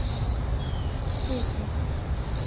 تو سر کہیے آپ کہیے تو اس کو کر دیں